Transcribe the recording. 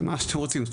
מה שאתם רוצים.